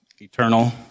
eternal